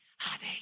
honey